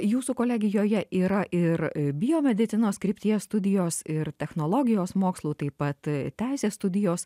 jūsų kolegijoje yra ir biomedicinos krypties studijos ir technologijos mokslų taip pat teisės studijos